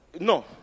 no